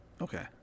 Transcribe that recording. Okay